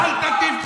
אל תטיף מוסר.